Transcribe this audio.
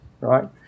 Right